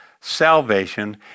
salvation